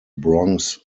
bronx